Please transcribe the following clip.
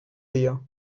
dia